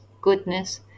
goodness